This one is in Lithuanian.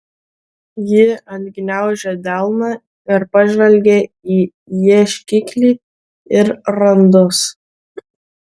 ji atgniaužė delną ir pažvelgė į ieškiklį ir randus